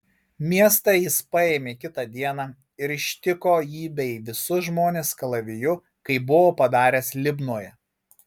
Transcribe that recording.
miestą jis paėmė kitą dieną ir ištiko jį bei visus žmones kalaviju kaip buvo padaręs libnoje